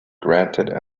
granted